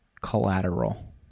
Collateral